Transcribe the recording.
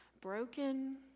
broken